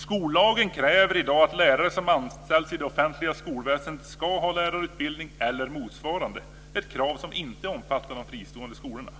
Skollagen kräver i dag att lärare som anställs i det offentliga skolväsendet ska ha lärarutbildning eller motsvarande, ett krav som inte omfattar de fristående skolorna.